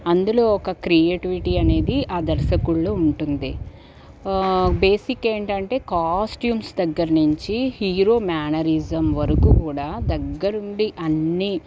అందులో ఒక క్రియేటివిటీ అనేది దర్శకుడిలో ఉంటుంది బేసిక్ ఏంటంటే కాస్ట్యూమ్స్ దగ్గర నుంచి హీరో మేనరిజం వరకు కూడా దగ్గరుండి అన్నీ